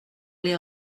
les